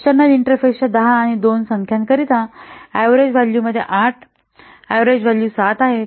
external इंटरफेसच्या 10 आणि 2 संख्यांकरिता ऍव्हरेज व्हॅल्यू मध्ये 8 ऍव्हरेज व्हॅल्यू 7 आहे